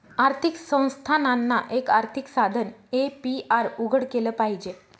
आर्थिक संस्थानांना, एक आर्थिक साधन ए.पी.आर उघडं केलं पाहिजे